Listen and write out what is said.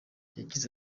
yagize